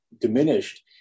diminished